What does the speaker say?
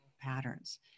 patterns